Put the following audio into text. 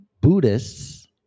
buddhists